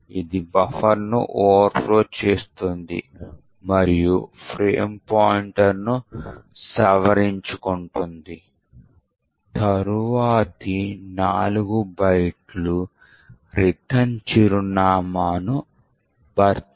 కాబట్టి ఈ స్టాక్లో '1' ప్రాసెస్ చూస్తున్నందున ఇది స్టాక్ నుండి కొన్ని చెత్త లేదా కొన్ని ఏకపక్ష విలువలను తీసివేసి దానిని ఎగ్జిక్యూట్ చేయడానికి ప్రయత్నిస్తుంది మరియు ఇది ప్రాసెస్ ను నిజంగా క్రాష్ చేయడానికి కారణమవుతుంది మరియు మనము సిద్ధాంత ఉపన్యాసంలో చూసినట్లుగా ఈ నిర్దిష్ట ప్రోగ్రామ్ నుండి సురక్షితంగా నిష్క్రమించడం మంచి మార్గం